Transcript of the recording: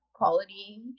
quality